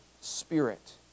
spirit